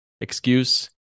excuse